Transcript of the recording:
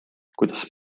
kuidas